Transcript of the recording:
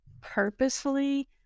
purposefully